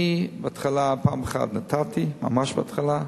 אני בהתחלה פעם אחת נתתי, ממש בהתחלה.